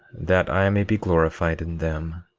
that i may be glorified in them.